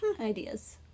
ideas